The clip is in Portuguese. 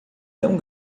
tão